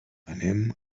anem